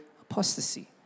apostasy